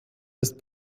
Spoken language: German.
ist